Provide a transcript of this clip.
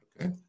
Okay